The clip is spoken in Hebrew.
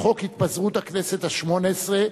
התפזרות הכנסת השמונה-עשרה,